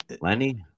Lenny